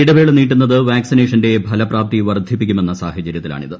ഇടവേള നീട്ടുന്നത് വാക്സിനേഷന്റെ ഫലപ്രാപ്തി വർധിപ്പിക്കുമെന്ന സാഹചര്യത്തിലാണിത്